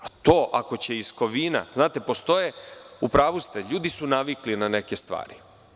A to, ako će iz Kovina, postoje, u pravu ste, ljudi su navikli na neke stvari.